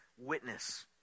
witness